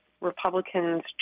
Republicans